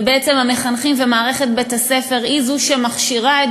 ובעצם המחנכים ומערכת בית-הספר הם שמכשירים את